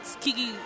Kiki